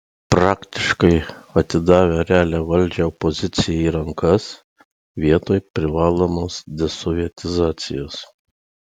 praktiškai atidavę realią valdžią opozicijai į rankas vietoj privalomos desovietizacijos